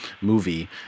movie